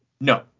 no